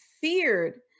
feared